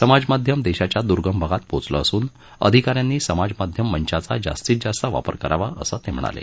समाज माध्यम देशाच्या दुर्गम भागात पोहचले असून अधिका यांनी समाज माध्यम मंचाचा जास्तीत जास्त वापर करावा असं त्यांनी सूचवलं